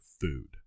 food